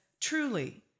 truly